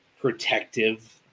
protective